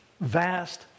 vast